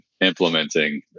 implementing